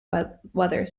weather